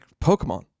Pokemon